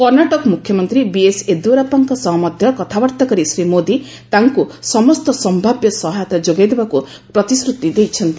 କର୍ଣ୍ଣାଟକ ମୁଖ୍ୟମନ୍ତ୍ରୀ ବିଏସ୍ ୟେଦିୟୁରାପ୍ୱାଙ୍କ ସହ ମଧ୍ୟ କଥାବାର୍ତ୍ତା କରି ଶ୍ରୀ ମୋଦୀ ତାଙ୍କୁ ସମସ୍ତ ସମ୍ଭାବ୍ୟ ସହାୟତା ଯୋଗାଇ ଦେବାକୁ ପ୍ରତିଶ୍ରତି ଦେଇଛନ୍ତି